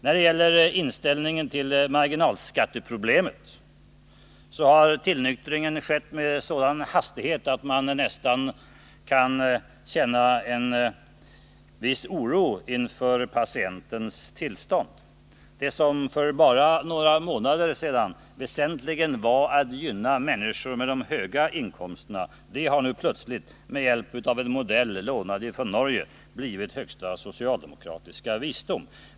När det gäller inställningen till marginalskatteproblemet har tillnyktringen skett med sådan hastighet att man nästan kan känna en viss oro inför patientens tillstånd. Det som för bara några månader sedan väsentligen var att gynna människor med de höga inkomsterna har nu plötsligt, med hjälp av en modell lånad från Norge, blivit högsta socialdemokratiska visdom.